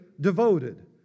devoted